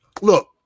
look